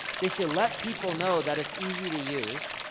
they should let people know that it's easy to use.